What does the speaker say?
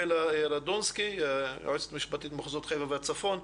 בלה רדונסקי, היועצת המשפטית למחוזות חיפה והצפון.